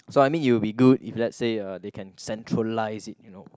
so I mean it'll be good if let's say uh they can centralized it you know